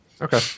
Okay